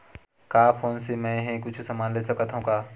का फोन से मै हे कुछु समान ले सकत हाव का?